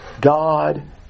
God